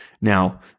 Now